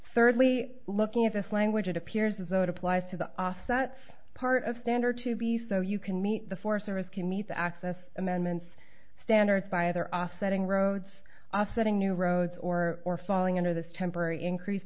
thirdly looking at this language it appears as though it applies to the offsets part of standard to be so you can meet the four service can meet access amendments standards by either offsetting roads are setting new roads or or falling under this temporary increase